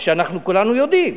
ושאנחנו כולנו יודעים,